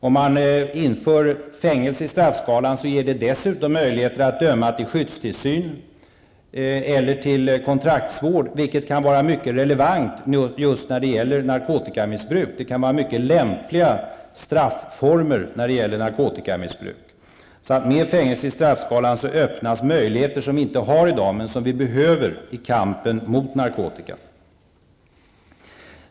Om man inför fängelse i straffskalan, så ger man dessutom möjlighet att döma till skyddstillsyn eller kontraktsvård, vilket kan vara mycket lämpliga strafformer när det gäller narkotikamissbruk. Med fängelse i straffskalan öppnas möjligheter som vi inte har i dag men som vi behöver i kampen mot narkotika.